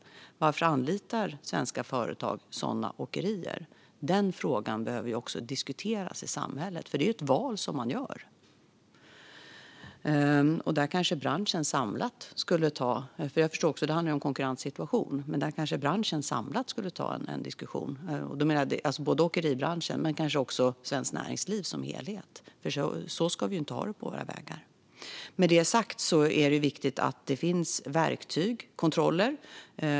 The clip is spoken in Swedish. Varför anlitar svenska företag sådana åkerier? Den frågan behöver också diskuteras i samhället, för det är ett val företagen gör. Jag förstår också att det handlar om en konkurrenssituation, men branschen kanske skulle ta en diskussion samlat - inte bara åkeribranschen utan även svenskt näringsliv som helhet. Så här ska vi nämligen inte ha det på våra vägar. Med det sagt är det viktigt att det finns verktyg och kontroller.